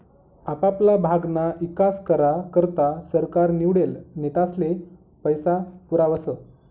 आपापला भागना ईकास करा करता सरकार निवडेल नेतास्ले पैसा पुरावस